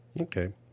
Okay